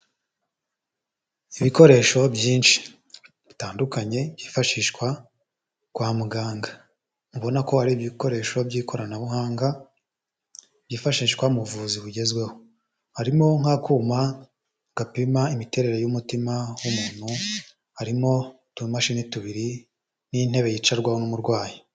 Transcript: Ibikoresho byinshi bitandukanye byifashishwa kwa muganga, ubona ko hari ibikoresho by'ikoranabuhanga byifashishwa mu buvuzi bugezweho, harimo nk'akuma gapima imiterere y'umutima w'umuntu, harimo utumashini tubiri n'intebe yicarwaho n'umurwayi.